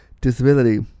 disability